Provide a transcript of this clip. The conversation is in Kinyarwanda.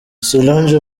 solange